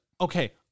okay